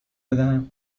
بدهم